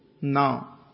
now